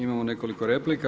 Imamo nekoliko replika.